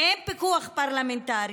אין פיקוח פרלמנטרי,